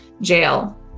jail